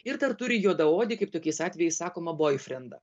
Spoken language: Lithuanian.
ir dar turi juodaodį kaip tokiais atvejais sakoma boifrendą